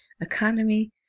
economy